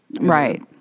Right